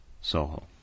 Soho